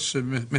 רישיונות?